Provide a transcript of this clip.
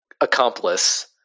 accomplice